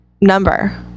Number